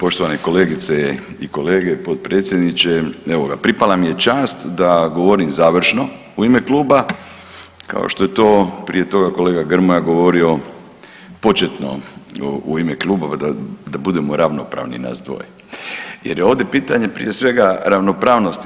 Poštovani kolegice i kolege, potpredsjedniče evo ga pripala mi je čast da govorim završno u ime kluba kao što je to prije toga kolega Grmoja govorio početno u ime kluba da budemo ravnopravni nas dvoje jer je ovdje pitanje prije svega ravnopravnosti.